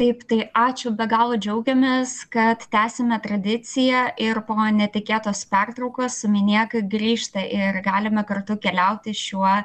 taip tai ačiū be galo džiaugiamės kad tęsiame tradiciją ir po netikėtos pertraukos sumenėk grįžta ir galime kartu keliauti šiuo